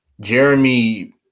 Jeremy